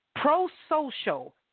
pro-social